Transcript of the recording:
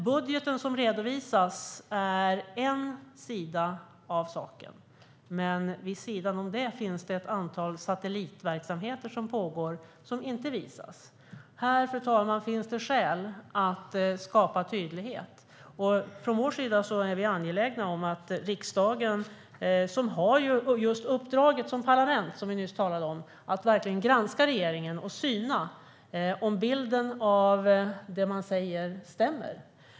Budgeten som redovisas är en sida av saken, men det är ett antal satellitverksamheter som pågår och som inte redovisas. Här, fru talman, finns det skäl att skapa tydlighet. Från vår sida är vi angelägna om att riksdagen, som ju har uppdraget som parlament att verkligen granska regeringen, synar om det man säger stämmer.